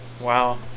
Wow